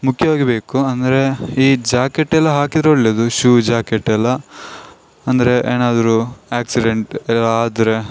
ಮುಖ್ಯವಾಗಿ ಬೇಕು ಅಂದರೆ ಈ ಜಾಕೆಟ್ಟೆಲ್ಲ ಹಾಕಿದ್ರೊಳ್ಳೆಯದು ಶೂ ಜಾಕೆಟ್ ಎಲ್ಲ ಅಂದರೆ ಏನಾದ್ರು ಆಕ್ಸಿಡೆಂಟ್ ಎಲ್ಲ ಆದರೆ